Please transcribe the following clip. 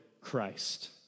Christ